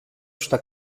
στα